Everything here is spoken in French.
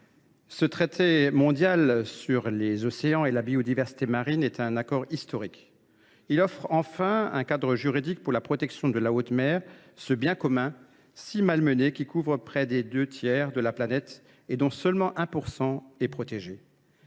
ce traité mondial sur les océans et la biodiversité marine est un accord historique. Il offre enfin un cadre juridique pour la protection de la haute mer, ce bien commun si malmené qui couvre près de deux tiers de la planète et dont seulement 1 % de